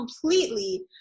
completely